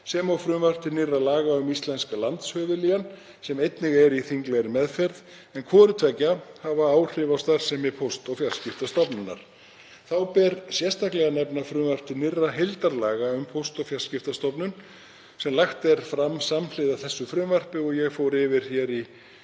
sem og frumvarp til nýrra laga um íslensk landshöfuðlén sem einnig er í þinglegri meðferð, en hvort tveggja mun hafa áhrif á starfsemi Póst- og fjarskiptastofnunar. Þá ber sérstaklega að nefna frumvarp til nýrra heildarlaga um Póst- og fjarskiptastofnun sem lagt verður fram samhliða þessu frumvarpi og ég fór yfir hér í